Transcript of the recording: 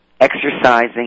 exercising